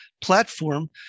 platform